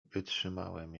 wytrzymałem